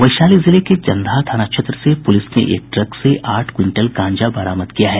वैशाली जिले के जन्दाहा थाना क्षेत्र से पुलिस ने एक ट्रक से आठ क्विंटल गांजा बरामद किया है